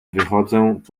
wychodząc